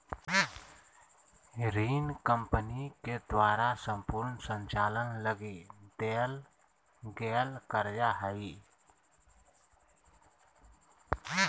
ऋण कम्पनी के द्वारा सम्पूर्ण संचालन लगी देल गेल कर्जा हइ